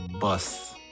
bus